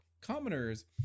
commoners